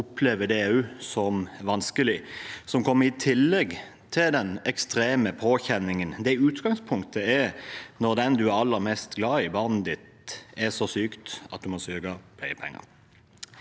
2024 ver det som vanskelig. Det kommer i tillegg til den ekstreme påkjenningen det i utgangspunktet er når den man er aller mest glad i, barnet sitt, er så sykt at man må søke pleiepenger.